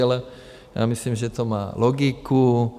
Já myslím, že to má logiku.